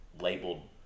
labeled